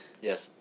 Yes